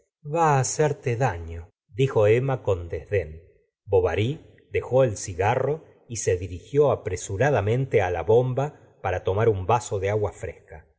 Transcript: va á hacerte danodijo emma con desdén bovary dejó el cigarro y se dirigió apresuradamente á la bomba para tomar un vaso de agua fresca